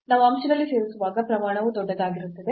ನಾವು ಅಂಶದಲ್ಲಿ ಸೇರಿಸುವಾಗ ಪ್ರಮಾಣವು ದೊಡ್ಡದಾಗಿರುತ್ತದೆ